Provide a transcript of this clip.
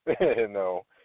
No